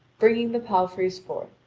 bringing the palfreys forth,